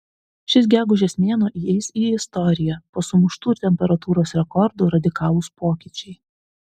šis gegužės mėnuo įeis į istoriją po sumuštų temperatūros rekordų radikalūs pokyčiai